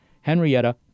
Henrietta